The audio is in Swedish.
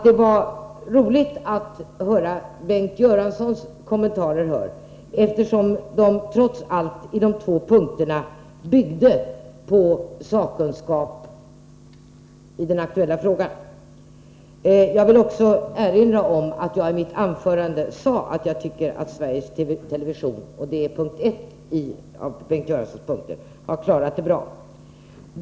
Det var roligt att höra Bengt Göranssons kommentarer, eftersom de trots allt i de två punkterna byggde på sakkunskap. Jag vill också erinra om att jag i mitt anförande sade att jag tycker att Sveriges television — och det är den första av Bengt Göranssons två punkter — har klarat sin uppgift bra.